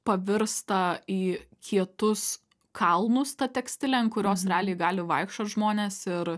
pavirsta į kietus kalnus ta tekstilė ant kurios realiai gali vaikščiot žmonės ir